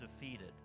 defeated